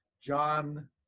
John